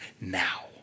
now